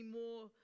more